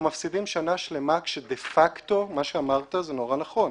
מפסידים שנה שלמה כאשר דה פקטו מה שאמרת הוא מאוד נכון.